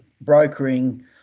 brokering